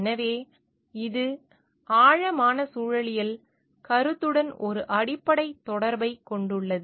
எனவே இது ஆழமான சூழலியல் கருத்துடன் ஒரு அடிப்படை தொடர்பைக் கொண்டுள்ளது